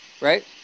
right